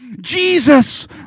jesus